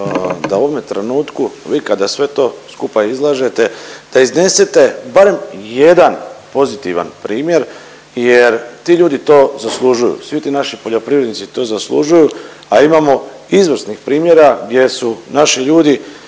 da u ovome trenutku vi kada sve to skupa izlažete da iznesete barem jedan pozitivan primjer jer ti ljudi to zaslužuju. Svi ti naši poljoprivrednici to zaslužuju a imamo izvrsnih primjera gdje su naši ljudi